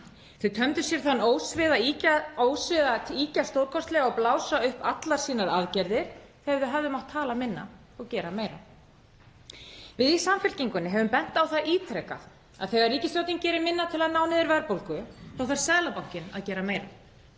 Þau tömdu sér þann ósið að ýkja stórkostlega og blása upp allar sínar aðgerðir þegar þau hefðu mátt tala minna og gera meira. Við í Samfylkingunni höfum bent á það ítrekað að þegar ríkisstjórnin gerir minna til að ná niður verðbólgu þá þarf Seðlabankinn að gera meira.